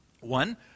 One